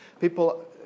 People